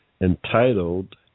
entitled